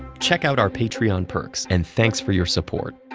check out our patreon perks. and thanks for your support!